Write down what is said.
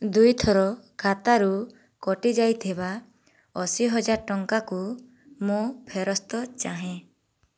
ଦୁଇଥର ଖାତାରୁ କଟିଯାଇଥିବା ଅଶୀ ହଜାର ଟଙ୍କାଙ୍କୁ ମୁଁ ଫେରସ୍ତ ଚାହେଁ